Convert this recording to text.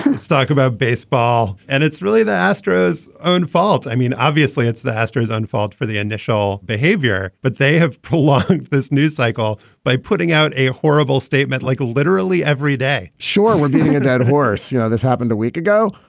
um talk about baseball. and it's really the astros own fault. i mean obviously it's the astros own fault for the initial behavior but they have prolonged this news cycle by putting out a horrible statement like literally every day sure we're beating a dead horse. you know this happened a week ago.